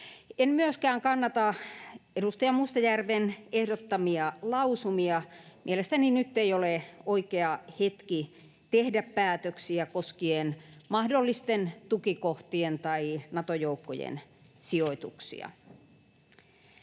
En myöskään kannata edustaja Mustajärven ehdottamia lausumia. Mielestäni nyt ei ole oikea hetki tehdä päätöksiä koskien mahdollisten tukikohtien tai Nato-joukkojen sijoituksia.